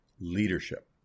leadership